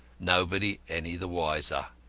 nobody any the wiser.